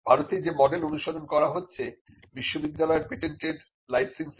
ভারতে যে মডেল অনুসরণ করা হচ্ছে বিশ্ববিদ্যালয়ের পেটেন্টের লাইসেন্সিং